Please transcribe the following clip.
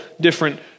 different